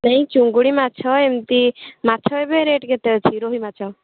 ସେଇ ଚିଙ୍ଗୁଡ଼ି ମାଛ ଏମିତି ମାଛ ଏବେ ରେଟ୍ କେତେ ଅଛି ରୋହି ମାଛ